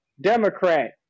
Democrat